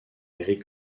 eric